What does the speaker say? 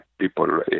people